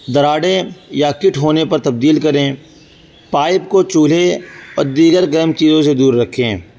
دراریں یا کٹ ہونے پر تبدیل کریں پائپ کو چولھے اور دیگر گرم چیزوں سے دور رکھیں